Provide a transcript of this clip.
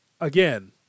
again